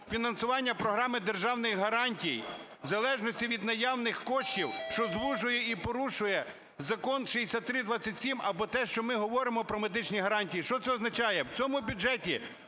фінансування програми державних гарантій в залежності від наявних коштів, що звужує і порушує Закон 6327, або те, що ми говоримо про медичні гарантії. Що це означає? В цьому бюджеті